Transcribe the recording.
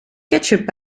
ketchup